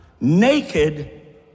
naked